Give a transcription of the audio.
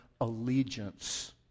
allegiance